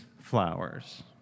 flowers